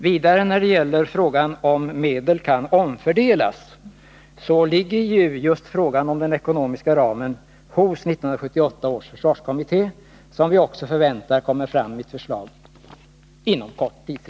När det vidare gäller frågan om huruvida medel kan omfördelas, så ligger just frågan om den ekonomiska ramen på 1978 års försvarskommitté, som vi också förväntar oss skall komma med sitt förslag inom en kort tidrymd.